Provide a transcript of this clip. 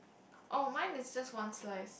oh mine is just one slice